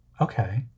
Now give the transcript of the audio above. Okay